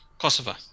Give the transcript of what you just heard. Kosovo